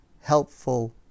helpful